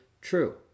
true